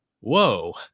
whoa